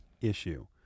issue